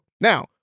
Now